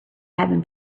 heaven